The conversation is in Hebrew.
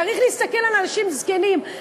צריך להסתכל על אנשים זקנים,